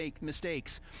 mistakes